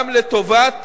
גם לטובת